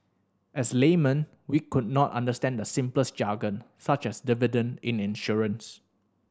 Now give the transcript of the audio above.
as laymen we could not understand the simplest jargon such as dividend in insurance